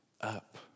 up